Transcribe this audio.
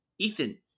Ethan